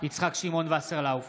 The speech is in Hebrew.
יצחק שמעון וסרלאוף,